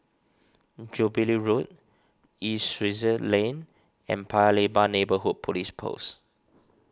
Jubilee Road East Sussex Lane and Paya Lebar Neighbourhood Police Post